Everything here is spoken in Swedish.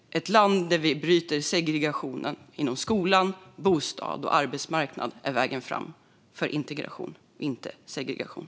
Ett land där man bryter segregationen i skolan, på bostadsmarknaden och på arbetsmarknaden är vägen framåt för integrationen.